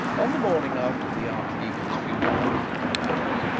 on the morning after the archdeacon's futile visit to the palace,